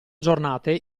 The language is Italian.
giornate